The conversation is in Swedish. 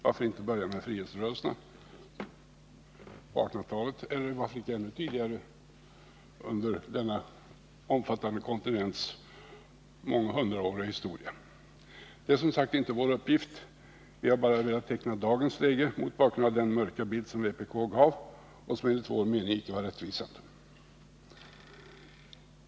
Varför inte börja med frihetsrörelserna på 1800-talet, eller varför inte ännu tidigare under denna omfattande kontinents månghundraåriga historia? Detta är som sagt inte vår uppgift. Vi har bara velat teckna en bild av dagens läge, mot bakgrund av den mörka bild som vpk givit och som enligt vår mening inte är rättvisande.